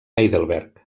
heidelberg